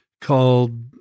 called